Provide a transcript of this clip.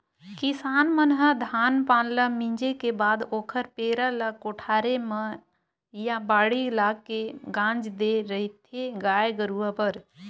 किसान मन ह धान पान ल मिंजे के बाद ओखर पेरा ल कोठारे म या बाड़ी लाके के गांज देय रहिथे गाय गरुवा बर